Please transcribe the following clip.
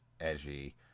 edgy